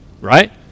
right